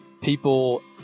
people